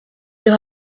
los